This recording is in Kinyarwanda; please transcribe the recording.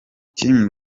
team